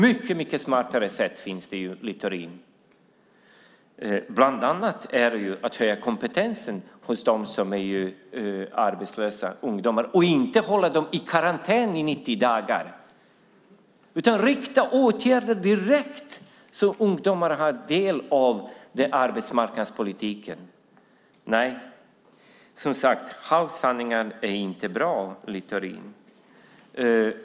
Det finns smartare sätt, Littorin. Bland annat är det fråga om att höja kompetensen hos arbetslösa ungdomar och inte hålla dem i karantän i 90 dagar. Rikta åtgärderna direkt så att ungdomar får del av arbetsmarknadspolitiken! Nej, som sagt, halvsanningar är inte bra, Littorin.